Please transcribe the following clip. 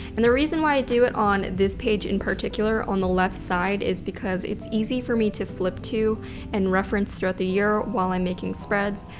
and the reason why i do it on this page in particular on the left side is because it's easy for me to flip to and reference throughout the year while i'm making spreads.